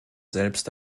selbst